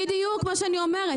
לי אין אפשרות.